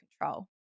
control